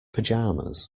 pyjamas